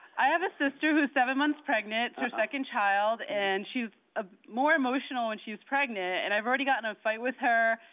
i have a sister who is seven months pregnant. it's her second child, and she's ah more emotional when she's pregnant and i've already got into a fight with her.